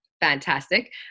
fantastic